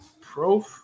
Pro